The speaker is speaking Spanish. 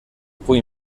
fue